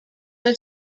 are